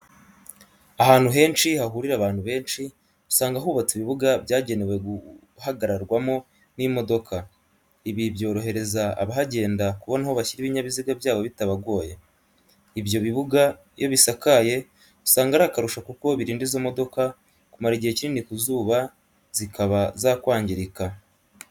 Ahantu henshi hahurira abantu benshi usanga hubatse ibibuga byagenewe guhagararwamo n'imodoka. Ibi byorohereza abahagenda kubona aho bashyira ibinyabiziga byabo bitabagoye. Ibyo bibuga iyo bisakaye usanga ari akarusho kuko birinda izo modoka kumara igihe kinini ku zuba zikaba zakwangirika.